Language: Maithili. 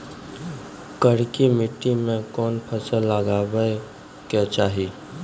करकी माटी मे कोन फ़सल लगाबै के चाही?